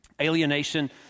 Alienation